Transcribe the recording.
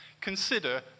Consider